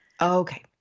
Okay